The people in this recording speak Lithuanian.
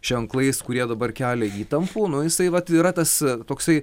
ženklais kurie dabar kelia įtampų nu jisai vat yra tas toksai